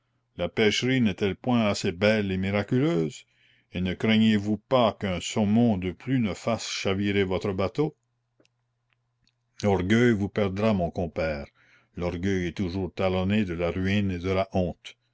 la pescherie n'est-elle point assez belle et miraculeuse et ne craignez-vous pas qu'un saumon de plus ne fasse chavirer votre bateau l'orgueil vous perdra mon compère l'orgueil est toujours talonné de la ruine et de la honte